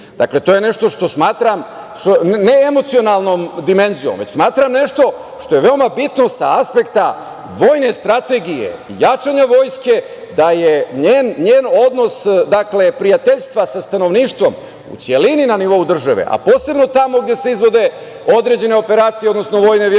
to je nešto što smatram, ne emocionalnom dimenzijom, već smatram nešto što je veoma bitno sa aspekta vojne strategije i jačanja vojske da je njen odnos prijateljstva sa stanovništvom, u celini na nivou države, a posebno tamo gde se izvode određene operacije, odnosno vojne vežbe